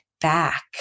back